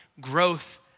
Growth